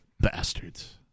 Bastards